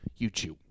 YouTube